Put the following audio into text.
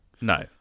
No